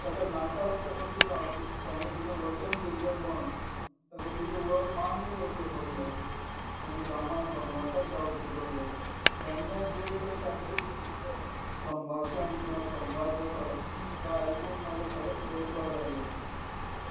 ताका नाका आसतना सुद्दां ताणें तिका वचन दिल्लें म्हूण ताका ताजें वर मान्य करचें पडलें आनी रामाक वनवासाक धाडचें पडलें तेन्ना जे पळय तांचें संभाशण किंवा संवाद जातात तें आयकून म्हाका खरेंच रडपाक आयलें